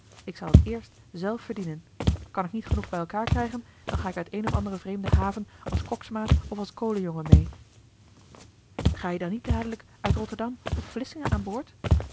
ik zal het eerst zelf verdienen kan ik niet genoeg bij elkaar krijgen dan ga ik uit eene of andere vreemde haven als koksmaat of als kolenjongen mee ga je dan niet dadelijk uit rotterdam of vlissingen aan boord